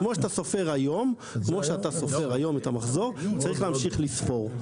כמו שאתה סופר היום כמו שאתה סופר היום את המחזור צריך להמשיך לספור.